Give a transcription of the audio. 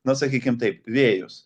na sakykim taip vėjus